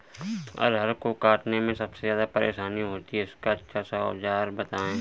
अरहर को काटने में सबसे ज्यादा परेशानी होती है इसका अच्छा सा औजार बताएं?